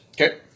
Okay